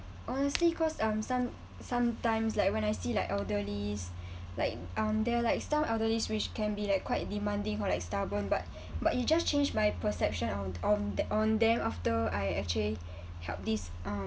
honestly cause um some sometimes like when I see like elderlies like um they're like some elderly which can be like quite demanding or like stubborn but but you just changed my perception on on the~ on them after I actually help this uh